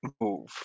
move